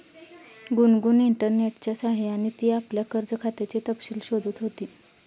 गुनगुन इंटरनेटच्या सह्याने ती आपल्या कर्ज खात्याचे तपशील शोधत होती